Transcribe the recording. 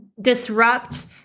disrupt